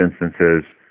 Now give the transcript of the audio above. instances